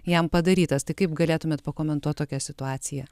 jam padarytas tai kaip galėtumėt pakomentuot tokią situaciją